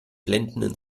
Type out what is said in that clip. blendenden